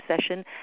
session